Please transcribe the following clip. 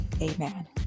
amen